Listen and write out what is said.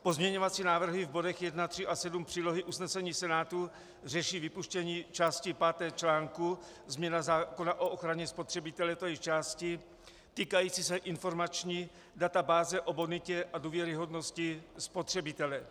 Pozměňovací návrhy v bodech 1, 3 a 7 přílohy usnesení Senátu řeší vypuštění části páté článku změna zákona o ochraně spotřebitele, to je v části týkající se informační databáze o bonitě a důvěryhodnosti spotřebitele.